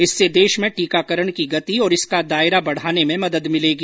इससे देश में टीकाकरण की गति और इसका दायरा बढाने में मदद मिलेगी